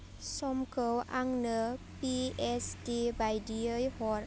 समखौ आंनो P S T बायदिहै हर